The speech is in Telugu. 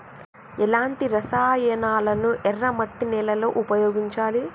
ఎలాంటి రసాయనాలను ఎర్ర మట్టి నేల లో ఉపయోగించాలి?